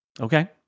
Okay